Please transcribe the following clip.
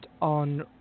on